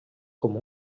com